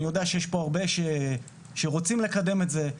אני יודע שיש הרבה שרוצים לקדם את זה,